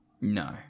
No